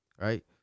right